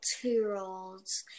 two-year-olds